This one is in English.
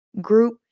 group